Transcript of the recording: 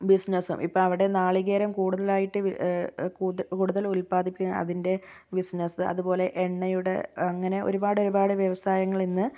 ബിസിനസ്സും ഇപ്പോൾ അവിടെ നാളികേരം കൂടുതലായിട്ട് കൂടുതൽ കൂടുതൽ ഉത്പാദിപ്പിക്കുക അതിൻ്റെ ബിസിനസ്സ് അതുപോലെ എണ്ണയുടെ അങ്ങനെ ഒരുപാടൊരുപാട് വ്യവസായങ്ങളിന്ന്